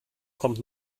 kommt